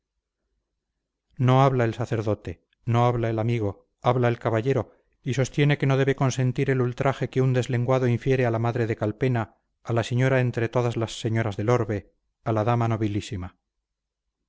no habla el sacerdote no habla el amigo habla el caballero y sostiene que no debe consentir el ultraje que un deslenguado infiere a la madre de calpena a la señora entre todas las señoras del orbe a la dama